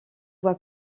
voie